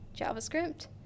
JavaScript